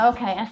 Okay